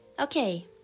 Okay